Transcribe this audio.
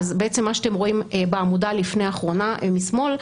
מה שאתם רואים בעמודה לפני האחרונה משמאל,